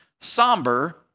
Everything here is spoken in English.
somber